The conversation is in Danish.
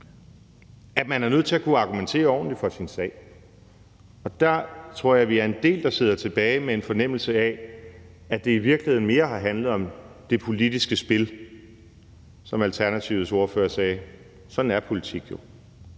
at man er nødt til at kunne argumentere ordentligt for sin sag. Der tror jeg, vi er en del, der sidder tilbage med en fornemmelse af, at det i virkeligheden mere har handlet om det politiske spil. Som Alternativets ordfører sagde: Sådan er politik jo.